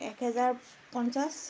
এক হেজাৰ পঞ্চাছ